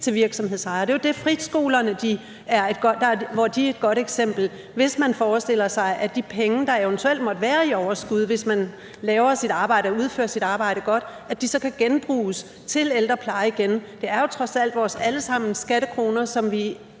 til virksomhedsejere. Det er jo der friskolerne er et godt eksempel. Og man kunne forestille sig, at de penge, der eventuelt måtte være i overskud, når man laver sit arbejde og udfører sit arbejde godt, så kan bruges til ældrepleje igen. Det er jo trods alt vores alle sammens skattekroner, som vi